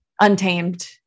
untamed